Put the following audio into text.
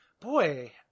Boy